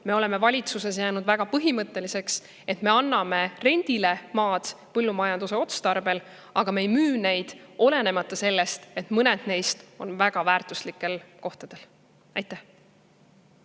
Me oleme valitsuses jäänud väga põhimõtteliseks: me anname maid rendile põllumajanduse otstarbel, aga me ei müü neid, olenemata sellest, et mõned neist on väga väärtuslikul kohal. Suur